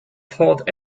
thought